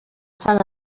sant